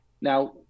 Now